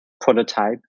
prototype